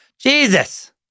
Jesus